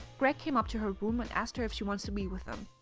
greg came up to her room and asked her if she wants to be with them.